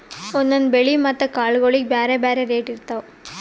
ಒಂದೊಂದ್ ಬೆಳಿ ಮತ್ತ್ ಕಾಳ್ಗೋಳಿಗ್ ಬ್ಯಾರೆ ಬ್ಯಾರೆ ರೇಟ್ ಇರ್ತವ್